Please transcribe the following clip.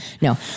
No